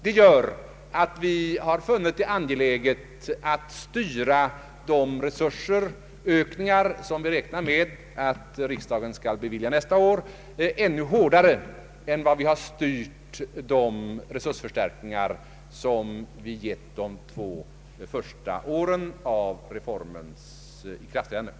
Vi har därför funnit det angeläget att styra de resursökningar, som vi räknar med att riksdagen skall bevilja nästa år, ännu hårdare än vi har styrt de resursförstärkningar som vi givit under de två första åren efter reformens ikraftträdande.